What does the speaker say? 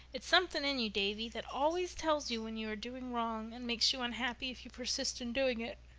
it's something in you, davy, that always tells you when you are doing wrong and makes you unhappy if you persist in doing it.